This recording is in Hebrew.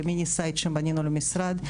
למיניסייט שבנינו למשרד.